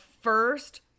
first